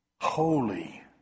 holy